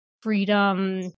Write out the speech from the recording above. freedom